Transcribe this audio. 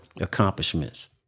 accomplishments